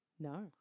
No